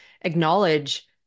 acknowledge